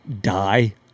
Die